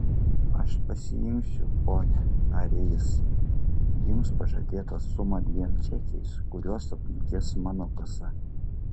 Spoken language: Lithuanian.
aš pasiimsiu ponia tarė jis jums pažadėtą sumą dviem čekiais kuriuos apmokės mano kasa